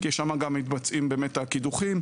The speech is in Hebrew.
כי שם מתבצעים באמת הקידוחים.